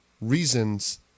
reasons